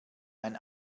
ein